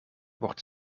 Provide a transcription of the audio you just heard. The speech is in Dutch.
wordt